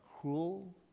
cruel